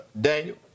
Daniel